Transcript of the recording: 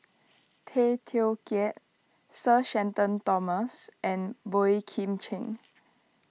Tay Teow Kiat Sir Shenton Thomas and Boey Kim Cheng